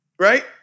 Right